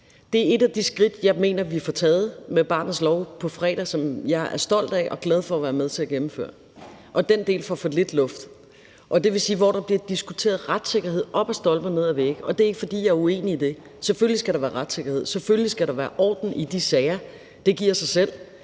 Det er et af de skridt, jeg mener vi får taget med barnets lov på fredag, som jeg er stolt af og glad for at være med til at gennemføre, og den del har fået for lidt luft. Det vil sige, at der bliver diskuteret retssikkerhed op ad stolper og ned ad vægge, og det er ikke, fordi jeg er uenig i det, for selvfølgelig skal der være retssikkerhed, selvfølgelig skal der være orden i de sager; det giver sig selv.